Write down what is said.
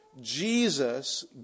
Jesus